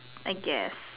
I guess